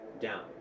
down